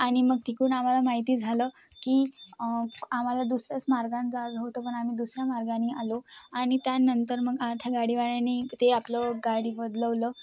आणि मग तिकडून आम्हाला माहिती झालं की आम्हाला दुसऱ्याच मार्गाने जा होतं पण आम्ही दुसऱ्या मार्गाने आलो आणि त्यानंतर मग आ त्या गाडीवाल्यानी ते आपलं गाडी बदलवलं